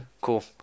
Cool